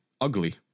ugly